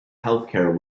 healthcare